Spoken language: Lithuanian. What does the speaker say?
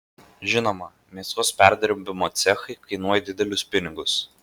žinoma mėsos perdirbimo cechai kainuoja didelius pinigus